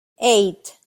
eight